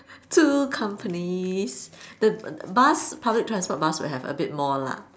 two companies the bus public transport bus would have a bit more lah